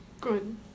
Good